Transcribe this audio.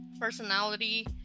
personality